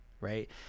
right